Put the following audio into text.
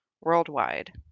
worldwide